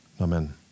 Amen